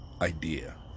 idea